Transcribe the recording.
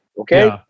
okay